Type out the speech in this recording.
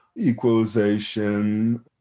equalization